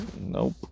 Nope